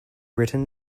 written